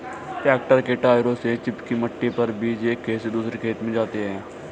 tractor के टायरों से चिपकी मिट्टी पर बीज एक खेत से दूसरे खेत में जाते है